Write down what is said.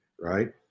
right